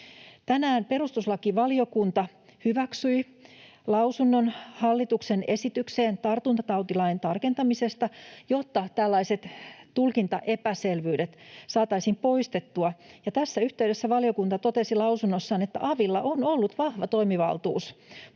Tänään perustuslakivaliokunta hyväksyi lausunnon hallituksen esitykseen tartuntatautilain tarkentamisesta, jotta tällaiset tulkintaepäselvyydet saataisiin poistettua, ja tässä yhteydessä valiokunta totesi lausunnossaan, että avilla on ollut vahva toimivaltuus